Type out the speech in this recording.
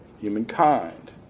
humankind